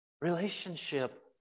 relationship